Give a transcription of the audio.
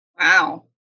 Wow